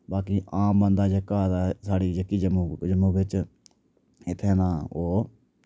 बाकि आम बन्दा जेह्का ते साढ़ी जेह्की जम्मू जम्मू बिच इत्थे ना ओह्